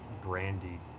brandy